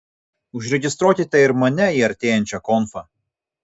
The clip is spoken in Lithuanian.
užregistruokite ir mane į artėjančią konfą